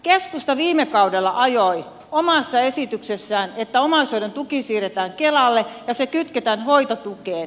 keskusta viime kaudella ajoi omassa esityksessään että omaishoidon tuki siirretään kelalle ja se kytketään hoitotukeen